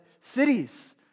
cities